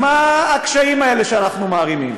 מה הקשיים האלה שאנחנו מערימים?